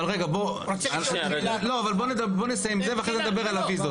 בוא נסיים ואחר-כך נדבר על הוויזות.